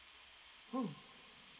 mm